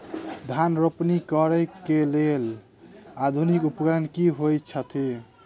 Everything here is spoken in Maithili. धान रोपनी करै कऽ लेल आधुनिक उपकरण की होइ छथि?